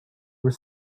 were